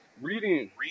Reading